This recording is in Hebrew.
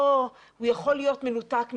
הוא יכול להיות מנותק מזה.